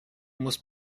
musst